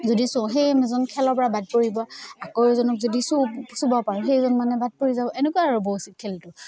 যদি সেই এজন খেলৰপৰা বাট পৰিব আকৌ এজনক যদি চুও চুব পাৰোঁ সেইজন মানে বাট পৰি যাব এনেকুৱা আৰু বৌচিত খেলটো